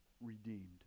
redeemed